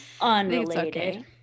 unrelated